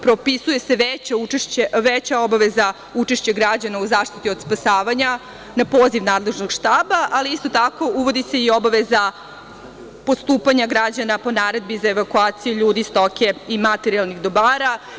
Propisuje se veća obaveza učešća građana u zaštiti od spasavanja na poziv nadležnog štaba, ali isto tako, uvodi se i obaveza postupanja građana po naredbi za evakuaciju ljudi, stoke i materijalnih dobara.